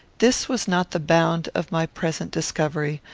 this was not the bound of my present discovery,